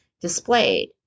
displayed